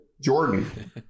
Jordan